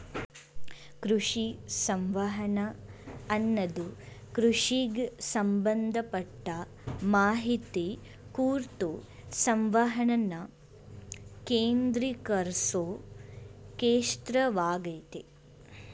ಕೃಷಿ ಸಂವಹನ ಅನ್ನದು ಕೃಷಿಗ್ ಸಂಬಂಧಪಟ್ಟ ಮಾಹಿತಿ ಕುರ್ತು ಸಂವಹನನ ಕೇಂದ್ರೀಕರ್ಸೊ ಕ್ಷೇತ್ರವಾಗಯ್ತೆ